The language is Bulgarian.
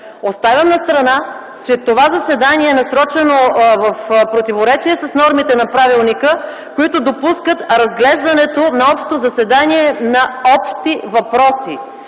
Оставям настрана, че това заседание е насрочено в противоречие с нормите на Правилника, които допускат разглеждането на такива въпроси